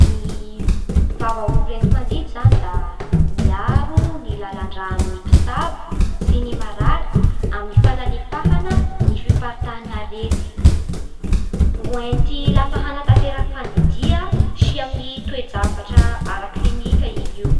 Ny vava-oro enti-mandidy zany da miaro ny lalan-drà gne mpitsabo sy ny marary amin'ny fanalefahana ny fifamparitahan'arety. Oenty lafa hanatanteraka fandidia sy amin'ny toe-javatra ara-klinika i io.